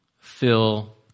fill